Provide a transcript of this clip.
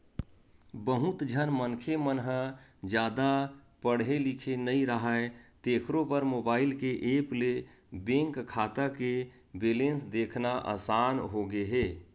बहुत झन मनखे मन ह जादा पड़हे लिखे नइ राहय तेखरो बर मोबईल के ऐप ले बेंक खाता के बेलेंस देखना असान होगे हे